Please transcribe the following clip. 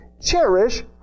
Cherish